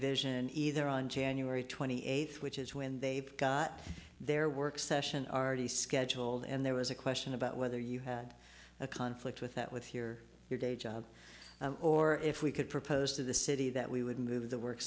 vision either on january twenty eighth which is when they've got their work session already scheduled and there was a question about whether you had a conflict with that with your your day job or if we could propose to the city that we would move the work